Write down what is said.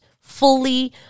fully